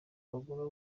bagomba